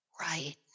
right